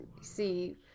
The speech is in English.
see